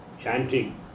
chanting